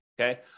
okay